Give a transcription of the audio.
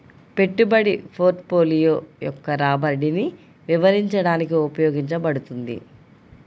పెట్టుబడి పోర్ట్ఫోలియో యొక్క రాబడిని వివరించడానికి ఉపయోగించబడుతుంది